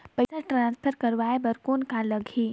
पइसा ट्रांसफर करवाय बर कौन का लगही?